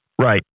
Right